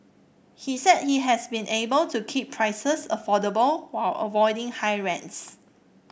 he said he has been able to keep prices affordable while avoiding high rents